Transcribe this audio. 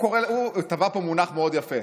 הוא טבע פה מונח מאוד יפה: